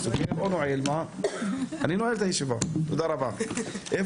הישיבה ננעלה בשעה 13:30.